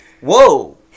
whoa